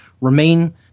remain